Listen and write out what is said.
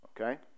Okay